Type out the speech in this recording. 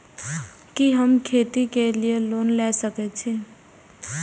कि हम खेती के लिऐ लोन ले सके छी?